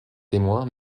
témoins